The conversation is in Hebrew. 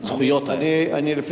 זכויות הילד.